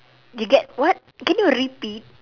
you get what can you repeat